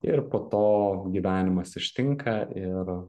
ir po to gyvenimas ištinka ir